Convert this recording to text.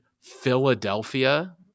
Philadelphia